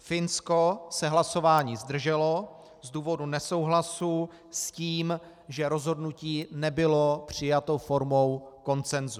Finsko se hlasování zdrželo z důvodu nesouhlasu s tím, že rozhodnutí nebylo přijato formou konsenzu.